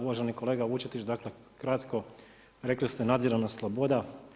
Uvaženi kolega Vučetić, dakle, kratko, rekli ste nadzirana sloboda.